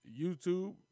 YouTube